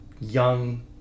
young